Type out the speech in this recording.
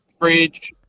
fridge